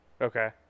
Okay